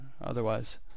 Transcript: otherwise